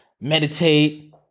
meditate